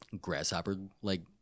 grasshopper-like